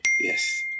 Yes